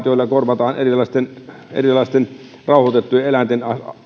joilla korvataan erilaisten erilaisten rauhoitettujen eläinten